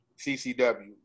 CCW